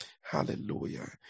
hallelujah